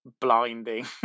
blinding